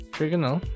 Trigonal